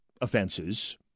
offenses